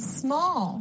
small